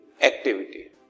activity